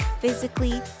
physically